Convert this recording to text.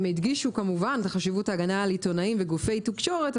הדגישו כמובן את חשיבות ההגנה על עיתונאים וגופי תקשורת,